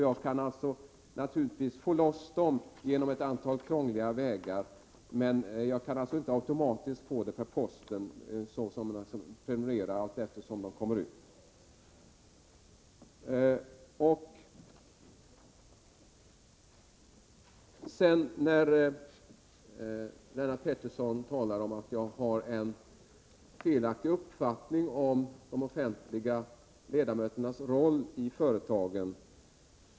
Jag kan naturligtvis få dem loss genom ett antal krångliga vägar, men jag kan alltså inte automatiskt få dem med posten allteftersom de kommer ut. Lennart Pettersson säger att jag har en felaktig uppfattning om de offentliga ledamöternas roll i företagen.